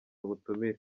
ubutumire